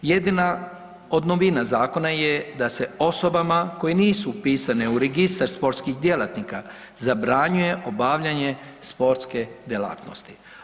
Jedina od novina zakona je da se osobama koje nisu upisane u registar sportskih djelatnika zabranjuje obavljanje sportske djelatnosti.